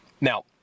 now